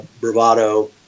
bravado